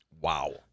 Wow